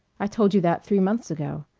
i told you that three months ago.